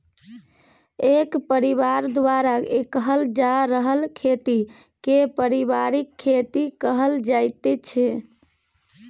एक परिबार द्वारा कएल जा रहल खेती केँ परिबारिक खेती कहल जाइत छै